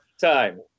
Time